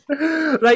right